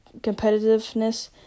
competitiveness